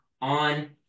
on